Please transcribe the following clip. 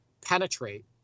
penetrate